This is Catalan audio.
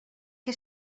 que